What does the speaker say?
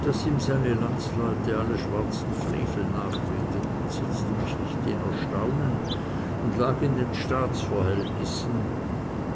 daß ihm seine landsleute alle schwarzen frevel nachredeten setzte mich nicht in erstaunen und lag in den staatsverhältnissen